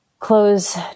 close